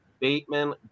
Bateman